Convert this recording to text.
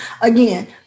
again